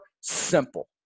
simple